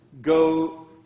go